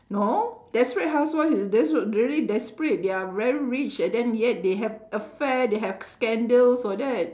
no desperate housewife is desperate very desperate they're very rich and then yet they have affairs they have scandals all that